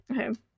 Okay